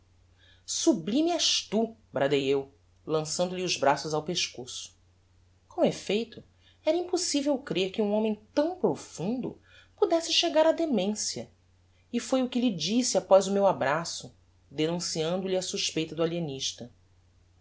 sublime és tu bradei eu lançando lhe os braços ao pescoço com effeito era impossível crer que um homem tão profundo pudesse chegar á demencia e foi o que lhe disse após o meu abraço denunciando lhe a suspeita do